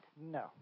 No